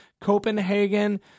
Copenhagen